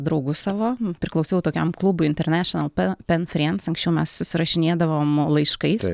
draugus savo priklausiau tokiam klubui international pel pen friends anksčiau mes susirašinėdavom laiškais